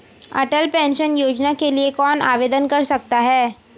अटल pension योजना के लिए कौन आवेदन कर सकता है?